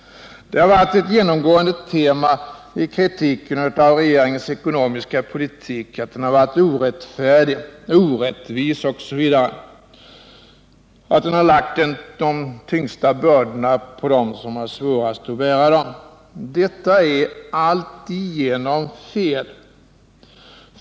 Det har varit ett genomgående tema i kritiken av regeringens ekonomiska politik att den varit ”orättfärdig”, ”orättvis” osv., att den lagt de tyngsta bördorna på dem som har svårast att bära dem. Detta är alltigenom fel.